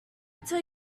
tell